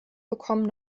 bekommen